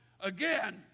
again